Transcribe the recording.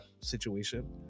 situation